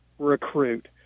recruit